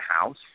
house